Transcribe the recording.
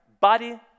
body